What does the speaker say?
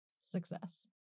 success